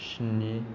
स्नि